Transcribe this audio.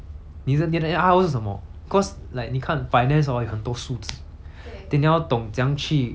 你的你的是什么 because like 你看 finance hor 有很多数字 then 你要懂怎样去